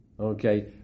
Okay